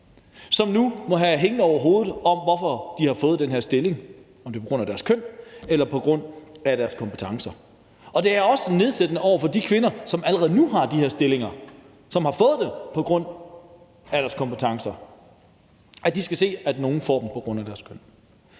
som nu må have hængende over hovedet, hvorfor de har fået den her stilling – om det er på grund af deres køn eller på grund af deres kompetencer – og det er også nedsættende over for de kvinder, som allerede nu har de her stillinger, og som har fået dem på grund af deres kompetencer, at de skal se, at nogle får dem på grund af deres køn.